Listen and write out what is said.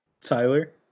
Tyler